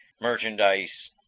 merchandise